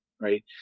right